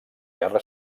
guerra